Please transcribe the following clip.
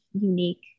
unique